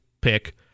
pick